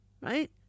right